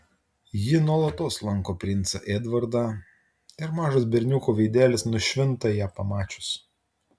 ji nuolatos lanko princą edvardą ir mažas berniuko veidelis nušvinta ją pamačius